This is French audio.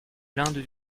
l’inde